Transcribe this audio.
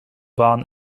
bahn